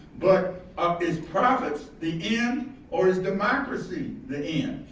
but um is profits the end or is democracy the end?